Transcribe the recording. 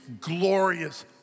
glorious